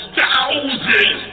thousand